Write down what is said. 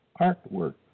Artwork